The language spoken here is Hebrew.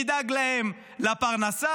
נדאג להם לפרנסה,